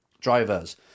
drivers